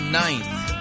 ninth